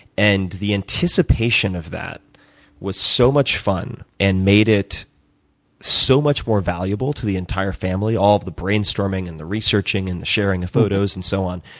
and the anticipation of that was so much fun and made it so much more valuable to the entire family, all of the brainstorming and the researching and the sharing photos and so on,